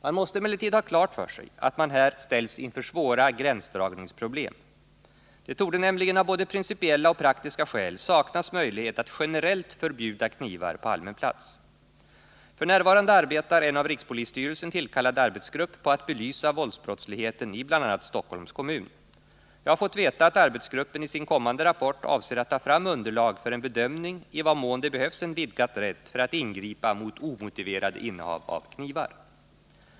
Man måste emellertid ha klart för sig att man här ställs inför svåra gränsdragningsproblem. Det torde nämligen av både principiella och praktiska skäl saknas möjlighet att generellt förbjuda knivar på allmän plats. F.n. arbetar en av rikspolisstyrelsen tillkallad arbetsgrupp på att belysa våldsbrottsligheten i bl.a. Stockholms kommun. Jag har fått veta att arbetsgruppen i sin kommande rapport avser att ta fram underlag för en bedömning i vad mån det behövs en vidgad rätt att ingripa mot omotiverade innehav av knivar.